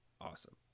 awesome